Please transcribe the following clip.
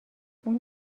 اون